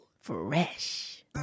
Fresh